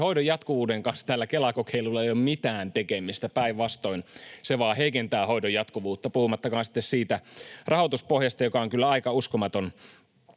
hoidon jatkuvuuden kanssa tällä Kela-kokeilulla ei ole mitään tekemistä. Päinvastoin, se vain heikentää hoidon jatkuvuutta. Puhumattakaan sitten siitä rahoituspohjasta, joka on kyllä aika uskomaton